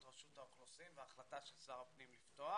רשות האוכלוסין וההחלטה של שר הפנים לפתוח